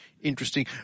interesting